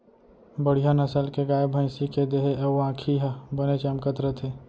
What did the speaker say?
बड़िहा नसल के गाय, भँइसी के देहे अउ आँखी ह बने चमकत रथे